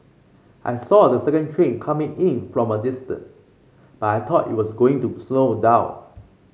I saw the second train coming in from a distance but I thought it was going to slow down